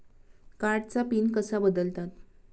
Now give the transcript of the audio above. कार्डचा पिन कसा बदलतात?